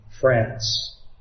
France